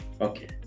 Okay